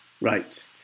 Right